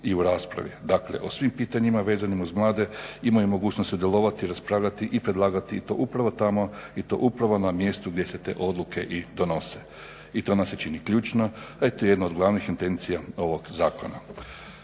i u raspravi. Dakle, o svim pitanjima vezanim uz mlade imaju mogućnost sudjelovati, raspravljati i predlagati i to upravo tamo i to upravo na mjestu gdje se te odluke i donose. I to nam se čini ključno, eto jedna od glavnih intencija ovog zakona.